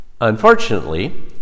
Unfortunately